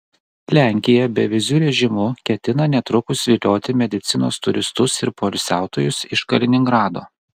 lenkija beviziu režimu ketina netrukus vilioti medicinos turistus ir poilsiautojus iš kaliningrado